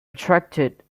attracted